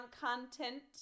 content